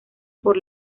por